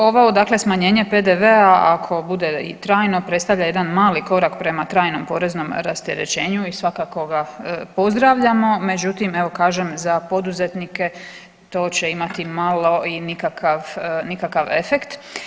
Ovo dakle smanjenje PDV-a ako bude i trajno predstavlja jedan mali korak prema trajnom poreznom rasterećenju i svakako ga pozdravljamo, međutim evo kažem za poduzetnike to će imati malo i nikakav efekt.